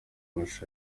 mashusho